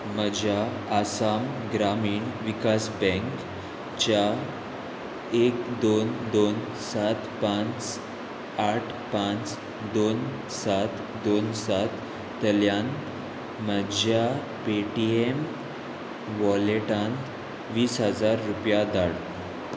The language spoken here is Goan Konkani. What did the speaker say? म्हज्या आसाम ग्रामीण विकास बँक च्या एक दोन दोन सात पांच आठ पांच दोन सात दोन सातल्यान म्हज्या पेटीएम वॉलेटांत वीस हजार रुपया धाड